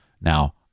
Now